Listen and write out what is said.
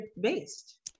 based